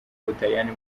ubutaliyani